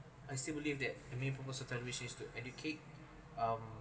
I still believe that the main purpose of television to educate um